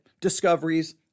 discoveries